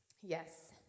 Yes